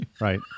Right